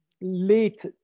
late